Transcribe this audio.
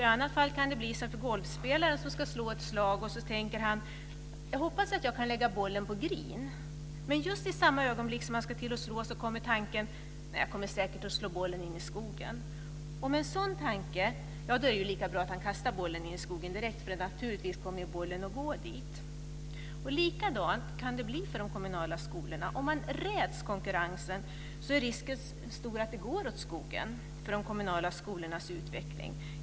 I annat fall kan det bli som för golfspelaren som ska slå ett slag och tänker: Jag hoppas att jag kan lägga bollen på greenen. Men just i samma ögonblick som han ska till att slå kommer tanken: Nej, jag kommer säkert att slå bollen in i skogen. Om han tänker så är det ju lika bra att han kastar bollen in i skogen direkt, för naturligtvis kommer bollen att gå dit. Likadant kan det bli för de kommunala skolorna. Om man räds konkurrens är risken stor att det går åt skogen för de kommunala skolornas utveckling.